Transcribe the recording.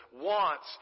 wants